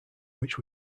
which